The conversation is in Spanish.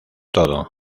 todo